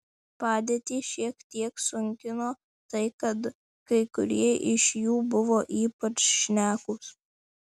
padėtį šiek tiek sunkino tai kad kai kurie iš jų buvo ypač šnekūs